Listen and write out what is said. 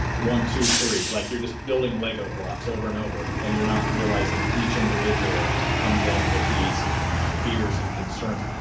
one, two, three like you're just building lego blocks over and over and you're not realizing each individual comes in with these fears and concerns.